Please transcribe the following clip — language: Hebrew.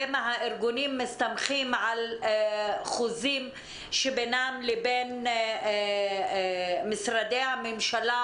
מהארגונים מסתמכים על חוזים שבינם לבין משרדי הממשלה,